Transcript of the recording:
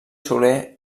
soler